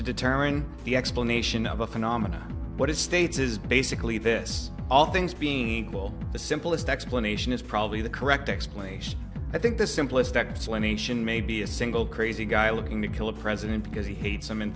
to determine the explanation of a phenomena what it states is basically this all things being equal the simplest explanation is probably the correct explanation i think the simplest explanation may be a single crazy guy looking to kill a president because he hates them and